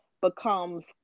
becomes